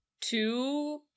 two